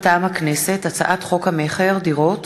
מטעם הכנסת: הצעת חוק המכר (דירות)